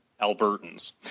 Albertans